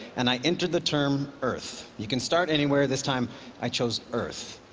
and i entered the term earth. you can start anywhere, this time i chose earth.